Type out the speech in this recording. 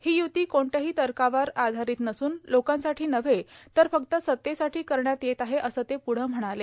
ही युती क्ठल्याही तर्कावर आधारित नसून लोकांसाठी नव्हे तर फक्त सत्तेसाठी करण्यात येत आहे असं ते पुढं म्हणाले